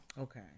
Okay